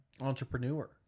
Entrepreneur